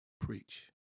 Preach